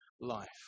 life